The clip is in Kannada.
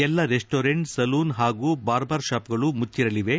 ಎಲ್ಲಾ ರೆಸ್ಲೋರೆಂಟ್ ಸಲೂನ್ ಹಾಗೂ ಬಾರ್ಬಾರ್ ಶಾಪ್ಗಳು ಮುಚ್ಲರಲಿವೆ